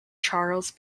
charles